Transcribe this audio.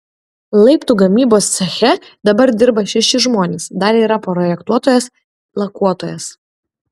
laiptų gamybos ceche dabar dirba šeši žmonės dar yra projektuotojas lakuotojas